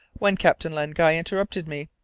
when captain len guy interrupted me.